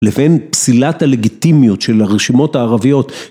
לבין פסילת הלגיטימיות של הרשימות הערביות.